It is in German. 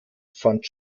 fand